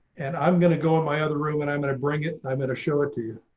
and i'm going to go in my other room, and i'm going to bring it. i met a show it to you,